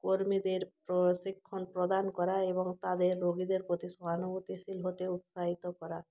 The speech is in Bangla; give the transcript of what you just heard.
কর্মীদের প্রশিক্ষণ প্রদান করা এবং তাদের রোগীদের প্রতি সহানুভূতিশীল হতে উৎসাহিত করা